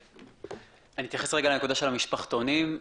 אני אתייחס לנקודה של המשפחתונים.